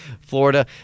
Florida